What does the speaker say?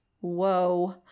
Whoa